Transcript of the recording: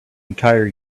entire